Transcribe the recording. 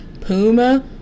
Puma